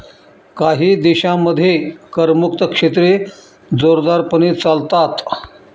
काही देशांमध्ये करमुक्त क्षेत्रे जोरदारपणे चालतात